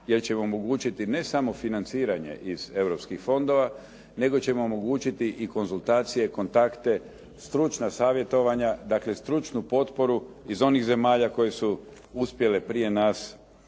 jer će im omogućiti ne samo financiranje iz europskih fondova nego će im omogućiti i konzultacije, kontakte, stručna savjetovanja, dakle stručnu potporu iz onih zemalja koje su uspjele prije nas ući